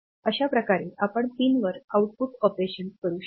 अशा प्रकारे आपण पिनवर आउटपुट ऑपरेशन्स करू शकतो